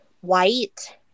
white